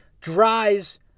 drives